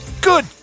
Good